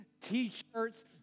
t-shirts